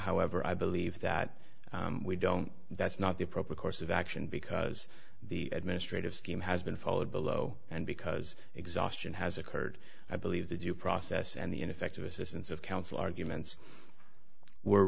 however i believe that we don't that's not the proper course of action because the administrative scheme has been followed below and because exhaustion has occurred i believe the due process and the ineffective assistance of counsel arguments were